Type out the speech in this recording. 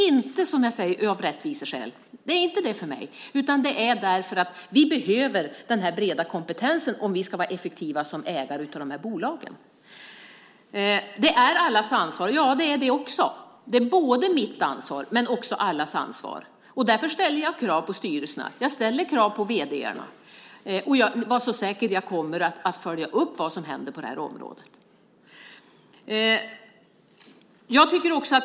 Men det är inte av rättviseskäl utan för att vi behöver den breda kompetensen om vi ska vara effektiva ägare av bolagen. Ja, det är också allas ansvar. Det är mitt ansvar men också allas ansvar. Därför ställer jag krav på styrelserna och vd:arna. Var så säker: Jag kommer att följa upp vad som händer på området.